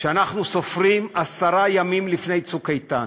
כשאנחנו סופרים עשרה ימים לפני "צוק איתן"